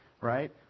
right